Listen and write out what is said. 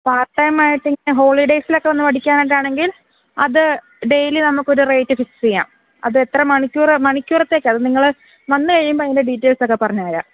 part ടൈമായിട്ടിങ്ങനെ ഹോളിഡേയ്സിലൊക്കെ ഒന്ന് പഠഇക്കാനായിട്ടാണെങ്കിൽ അത് ഡെയ്ലി നമുക്കൊരു റേറ്റ് ഫിക്സ് ചെയ്യാം അത് എത്ര മണിക്കൂര് മണിക്കൂറേത്തേക്കാണ് അതു നിങ്ങള് വന്നുകഴിയുമ്പോള് അതിൻ്റെ ഡീറ്റെയിൽസൊക്കെ പറഞ്ഞുതരാം